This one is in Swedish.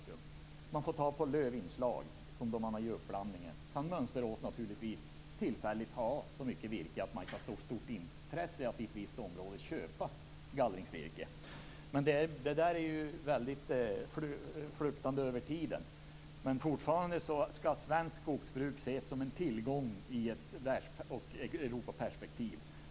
Man kan få tag på lövinslag som man har i uppblandningen. Då kan Mönsterås naturligtvis tillfälligt ha så mycket virke att man inte har så stort intresse av att köpa gallringsvirke i ett visst område. Detta fluktuerar ju över tiden. Men fortfarande skall svenskt skogsbruk ses som en tillgång i ett Europaperspektiv.